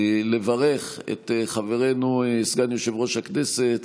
לברך את חברנו סגן יושב-ראש הכנסת